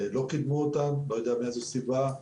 לא קידמו אותן, לא יודע מאיזו סיבה.